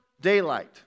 daylight